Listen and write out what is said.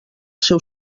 seu